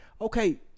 okay